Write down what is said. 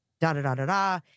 da-da-da-da-da